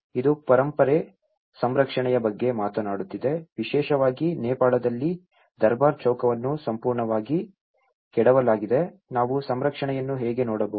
ಇದು ಪರಂಪರೆ ಸಂರಕ್ಷಣೆಯ ಬಗ್ಗೆ ಮಾತನಾಡುತ್ತಿದೆ ವಿಶೇಷವಾಗಿ ನೇಪಾಳದಲ್ಲಿ ದರ್ಬಾರ್ ಚೌಕವನ್ನು ಸಂಪೂರ್ಣವಾಗಿ ಕೆಡವಲಾಗಿದೆ ನಾವು ಸಂರಕ್ಷಣೆಯನ್ನು ಹೇಗೆ ನೋಡಬಹುದು